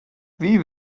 wie